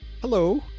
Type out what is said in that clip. hello